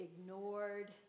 ignored